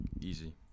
Easy